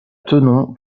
tenons